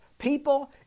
People